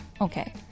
Okay